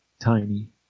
tiny